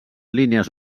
línies